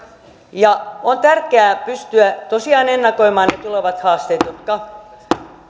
on tärkeää pystyä tosiaan ennakoimaan ne tulevat haasteet jotka